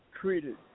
treated